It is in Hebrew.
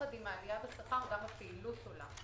יחד עם העלייה בשכר גם הפעילות עולה,